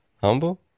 Humble